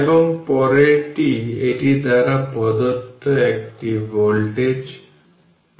এবং পরেরটি এটি দ্বারা প্রদত্ত একটি ভোল্টেজ পালস নেবে